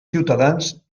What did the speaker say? ciutadans